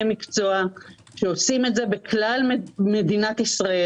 מקצוע שעושים את זה בכלל מדינת ישראל.